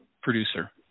producer